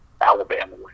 Alabama